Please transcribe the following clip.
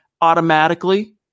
automatically